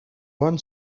bon